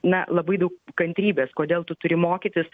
na labai daug kantrybės kodėl tu turi mokytis